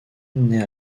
nait